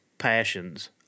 passions